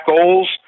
goals